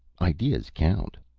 ideas count.